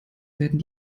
werden